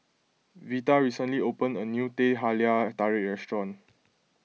Vita recently opened a new Teh Halia Tarik restaurant